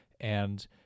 and-